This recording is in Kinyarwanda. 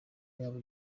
yabo